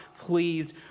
pleased